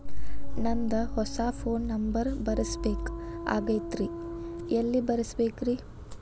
ನಂದ ಹೊಸಾ phone number ಬರಸಬೇಕ್ ಆಗೈತ್ರಿ ಎಲ್ಲೆ ಬರಸ್ಬೇಕ್ರಿ?